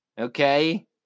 Okay